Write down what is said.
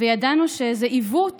וידענו שזה עיוות